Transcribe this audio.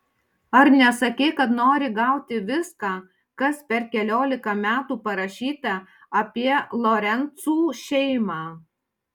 ar nesakei kad nori gauti viską kas per keliolika metų parašyta apie lorencų šeimą